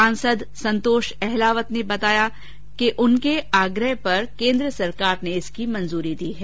सांसद संतोष अहलावत ने बताया कि उनके आग्रह पर केन्द्र सरकार ने इसकी मंजूरी दे दी है